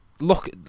look